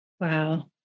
Wow